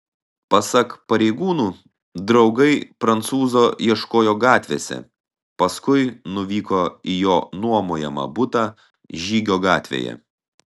pasak pareigūnų draugai prancūzo ieškojo gatvėse paskui nuvyko į jo nuomojamą butą žygio gatvėje